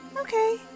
okay